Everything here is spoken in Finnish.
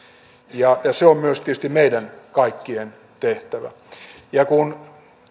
ja se on myös tietysti meidän kaikkien tehtävä ja kun